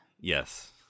yes